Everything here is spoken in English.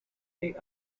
they